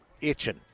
itching